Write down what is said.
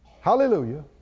Hallelujah